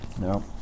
No